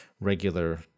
regular